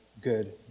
good